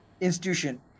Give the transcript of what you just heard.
institution